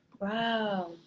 Wow